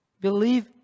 Believe